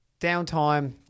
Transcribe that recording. downtime